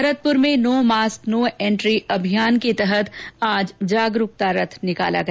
भरतपुर में no mask no entry अभियान के तहत जागरूकता रथ निकाला गया